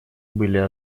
были